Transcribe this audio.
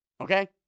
okay